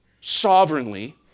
sovereignly